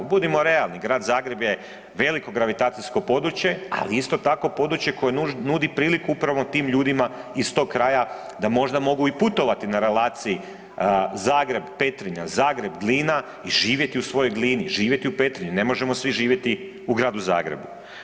Budimo realni grad Zagreb je veliko gravitacijsko područje, ali isto tako područje koje nudi priliku upravo tim ljudima iz tog kraja da možda mogu i putovati na relaciji Zagreb-Petrinja, Zagreb-Glina i živjeti u svojoj Glini, živjeti u Petrinji, ne možemo svi živjeti u Gradu Zagrebu.